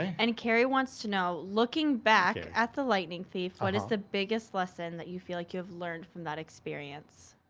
and carrie wants to know looking back at the lightening thief what is the biggest lesson that you feel like you have learned from that experience?